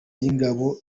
y’ingabo